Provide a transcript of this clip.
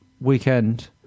weekend